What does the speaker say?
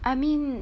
I mean